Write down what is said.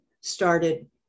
started